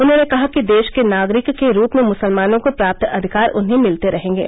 उन्होंने कहा कि देश के नागरिक के रूप में मुसलमानों को प्राप्त अधिकार उन्हें मिलते रहेंगे